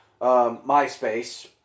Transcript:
MySpace